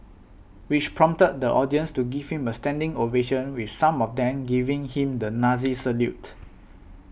which prompted the audience to give him a standing ovation with some of them giving him the Nazi salute